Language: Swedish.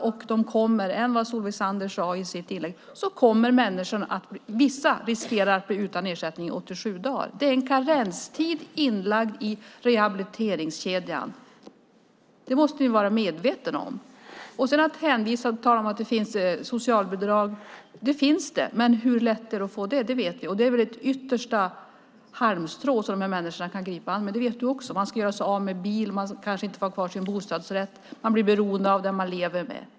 Vissa riskerar, trots det Solveig Zander sade i sitt inlägg, att bli utan ersättning i 87 dagar. Det är en karenstid inlagd i rehabiliteringskedjan. Det måste ni vara medvetna om. Sedan talar ni om socialbidrag. De finns, men hur lätt är det att få del av dem. Det vet vi. Det är väl det yttersta halmstrå som en människa kan gripa efter. Det vet du också. Man ska göra sig av med bilen och kanske inte får ha kvar sin bostadsrätt. Man bli beroende av den man lever med.